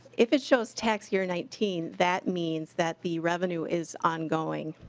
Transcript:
if it shows tax year nineteen that means that the revenue is ongoing.